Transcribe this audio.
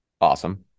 awesome